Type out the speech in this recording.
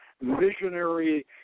visionary